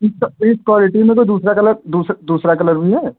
इस इस क्वालिटी में कोई दूसरा कलर दूस दूसरा कलर भी है